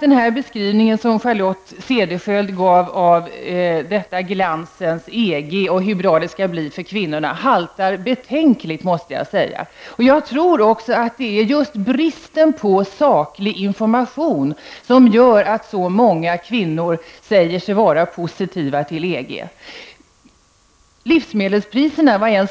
Den beskrivning som Charlotte Cederschiöld gav av detta glansens EG och hur bra det skall bli för kvinnorna haltar betänkligt, det måste jag säga. Jag tror att just bristen på saklig information gör att så många kvinnor säger sig vara positiva till EG. Charlotte Cederschiöld tog upp frågan om livsmedelspriserna. Vilken